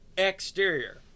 Exterior